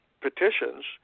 petitions